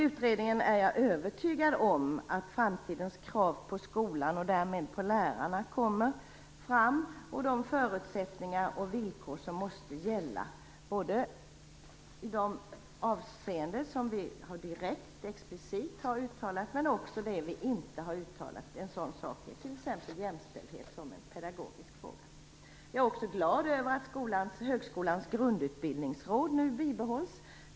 Jag är övertygad om att framtidens krav på skolan och därmed på lärarna kommer fram i utredningen samt de förutsättningar och villkor som måste gälla, både vad avser det som vi direkt och explicit har uttalat och det som vi inte har uttalat, t.ex. jämställdhet som en pedagogisk fråga. Jag är glad över att högskolans grundutbildningsråd bibehålls.